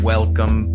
Welcome